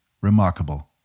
Remarkable